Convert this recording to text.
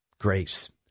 Grace